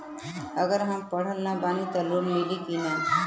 अगर हम पढ़ल ना बानी त लोन मिली कि ना?